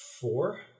Four